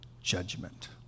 judgment